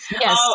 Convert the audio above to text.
yes